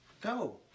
Go